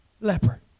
leper